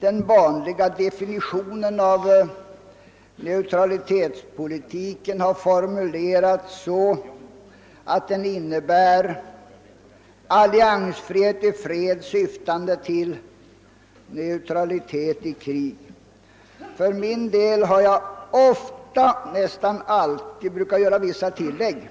Den vanliga definitionen av neutralitetspolitiken har formulerats så, att den innebär alliansfrihet i fred syftande till neutralitet i krig. Jag har nästan alltid brukat göra vissa tillägg: